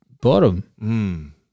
Bottom